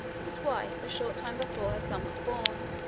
his wife, a short time before her son was born,